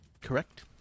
Correct